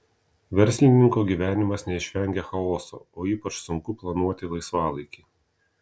verslininko gyvenimas neišvengia chaoso o ypač sunku planuoti laisvalaikį